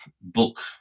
book